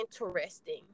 interesting